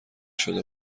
شده